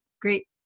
great